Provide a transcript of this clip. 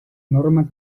normas